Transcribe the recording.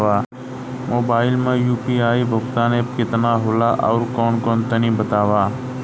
Mobile म UPI भुगतान app केतना होला आउरकौन कौन तनि बतावा?